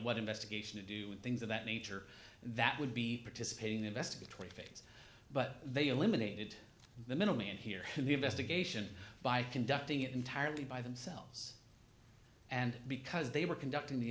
what investigation to do and things of that nature that would be participating investigatory but they eliminated the middleman here in the investigation by conducting it entirely by themselves and because they were conducting the